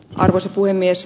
arvoisa puhemies